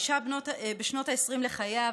אישה בשנות ה-20 לחייה,